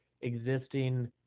existing